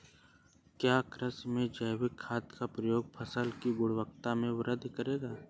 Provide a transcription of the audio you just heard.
क्या कृषि में जैविक खाद का प्रयोग फसल की गुणवत्ता में वृद्धि करेगा?